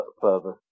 further